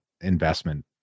investment